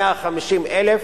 150,000